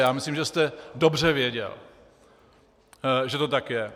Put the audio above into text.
Já myslím, že jste dobře věděl, že to tak je.